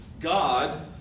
God